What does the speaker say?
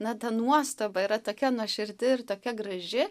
na ta nuostaba yra tokia nuoširdi ir tokia graži